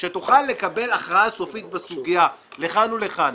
שתוכל לקבל הכרעה סופית בסוגיה לכאן ולכאן.